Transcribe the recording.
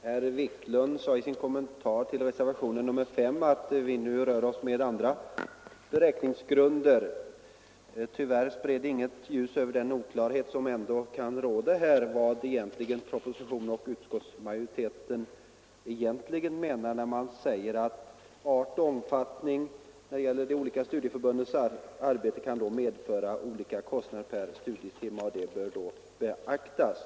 Herr talman! Herr Wiklund sade i sin kommentar till reservationen 5 att vi nu rör oss med andra beräkningsgrunder. Tyvärr spred herr Wiklund inget ljus över den oklarhet som kan råda om vad propositionen och utskottsmajoriteten egentligen avser när man säger att arten och omfattningen av de olika studieförbundens arbete kan medföra olika kostnader per studietimme och att detta bör beaktas.